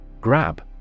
Grab